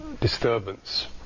disturbance